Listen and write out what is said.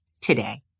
today